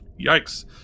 Yikes